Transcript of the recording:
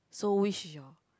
so which is your